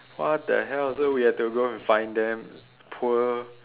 what the hell so we had to go and find them poor